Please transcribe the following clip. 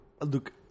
Look